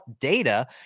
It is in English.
data